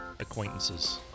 acquaintances